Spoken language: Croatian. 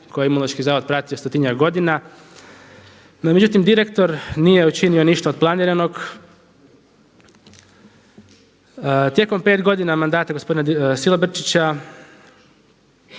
koje je Imunološki zavod pratio stotinjak godina, no međutim direktor nije učinio ništa od planiranog. Tijekom 5 godina mandata gospodina Silobrčića